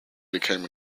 became